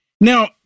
Now